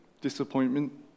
disappointment